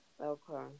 Okay